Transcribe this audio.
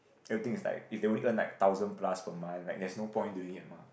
everything is like if they only earn like thousand plus per month like there's no point doing it mah